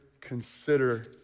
consider